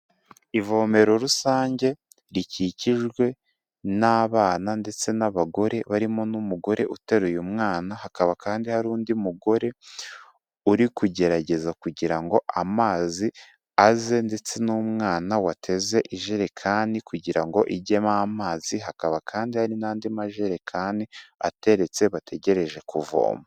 Ivomero rusange, rikikijwe n'abana ndetse n'abagore, barimo n'umugore uteruye umwana, hakaba kandi hari undi mugore uri kugerageza kugira ngo amazi aze, ndetse n'umwana wateze ijerekani kugira ngo ijyemo amazi, hakaba kandi hari n'andi majerekani ateretse, bategereje kuvoma.